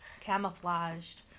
Camouflaged